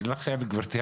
גברתי,